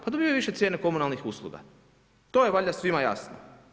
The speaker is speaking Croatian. Pa dobivaju više cijene komunalnih usluga, to je valjda svima jasno.